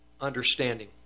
understanding